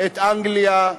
את אנגליה,